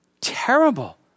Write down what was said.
Terrible